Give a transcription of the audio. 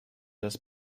das